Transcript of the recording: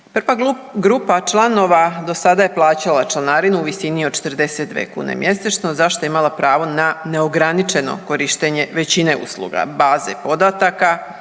Prva grupa članova do sada je plaćala članarinu u visini od 42 kune mjesečno za što je imala pravo na neograničeno korištenje većine usluge: baze podataka,